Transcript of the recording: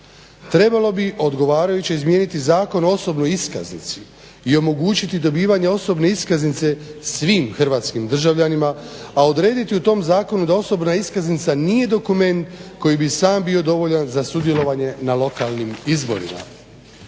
Trebalo bi odgovarajuće izmijeniti Zakon o osobnoj iskaznici i omogućiti dobivanje osobne iskaznice svim hrvatskim državljanima, a odrediti u tom zakonu da osobna iskaznica nije dokument koji bi sam bio dovoljan za sudjelovanje na lokalnim izborima.